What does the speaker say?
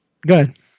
good